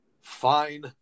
fine